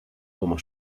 como